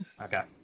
Okay